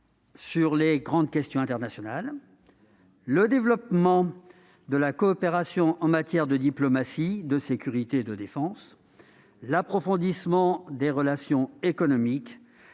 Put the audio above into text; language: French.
sur les grandes questions internationales ; le développement de la coopération en matière de diplomatie, de sécurité et de défense ; l'approfondissement des relations économiques